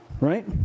right